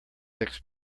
six